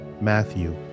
matthew